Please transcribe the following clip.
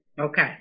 Okay